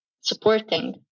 supporting